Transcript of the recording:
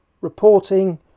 reporting